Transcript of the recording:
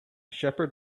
shepherd